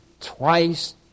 twice